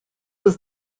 was